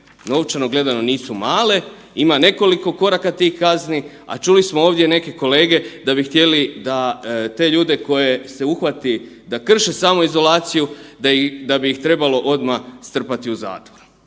novčano gledano nisu male. Ima nekoliko koraka tih kazni, a čuli smo ovdje neke kolege da bi htjeli da te ljude koje se uhvati da krše samoizolaciju da bi ih trebalo odmah strpati u zatvor.